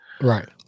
Right